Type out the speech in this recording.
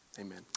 Amen